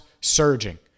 surging